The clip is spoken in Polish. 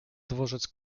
dworzec